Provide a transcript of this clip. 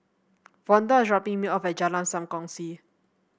Vonda is dropping me off at Jalan Sam Kongsi